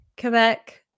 Quebec